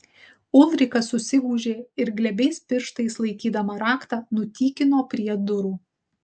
ulrika susigūžė ir glebiais pirštais laikydama raktą nutykino prie durų